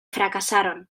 fracasaron